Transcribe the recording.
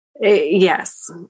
yes